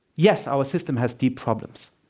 yes, our system has deep problems.